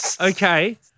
Okay